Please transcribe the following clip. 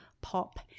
pop